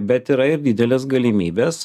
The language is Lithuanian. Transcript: bet yra ir didelės galimybės